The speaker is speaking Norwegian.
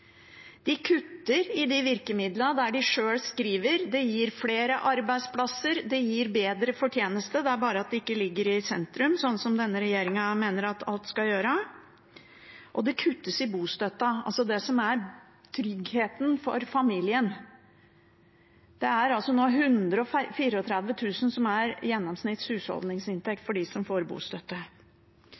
De kutter i de virkemidlene der de sjøl skriver at det gir flere arbeidsplasser, det gir bedre fortjeneste. Det er bare at det ikke ligger i sentrum, sånn som denne regjeringen mener at alt skal gjøre. Og det kuttes i bostøtten, det som er tryggheten for familien. 134 000 kr er nå gjennomsnittlig husholdsinntekt for dem som får bostøtte. Tror statsråden det er et godt bidrag til tilliten hos de